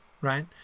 right